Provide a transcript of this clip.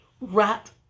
Rat